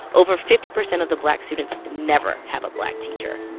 over fifty percent of the black students never have a black teacher